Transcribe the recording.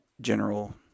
general